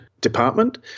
department